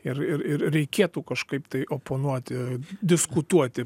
ir ir ir reikėtų kažkaip tai oponuoti diskutuoti